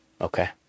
Okay